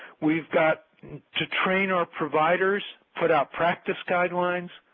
we've got to train our providers, put out practice guidelines,